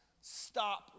stop